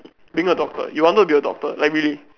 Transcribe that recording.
being a doctor you wanted to be a doctor like really